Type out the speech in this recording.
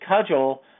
cudgel